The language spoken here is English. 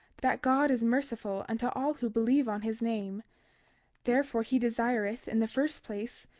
that god is merciful unto all who believe on his name therefore he desireth, in the first place,